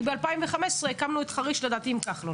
כי ב-2015 הקמנו את חריש עם כחלון,